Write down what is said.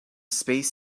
space